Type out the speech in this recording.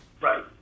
right